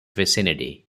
vicinity